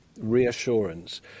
reassurance